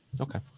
Okay